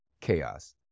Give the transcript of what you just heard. Chaos